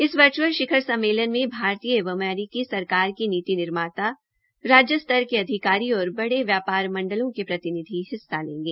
इस वर्च्अल शिखर सम्मेलन में भारतीय एवं अमेरिकी सरकार के नीति निर्माता राज्य स्तर के अधिकारी और बड़े व्यापार मंडलों के प्रतिनिधि हिस्सा लेंगे